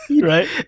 right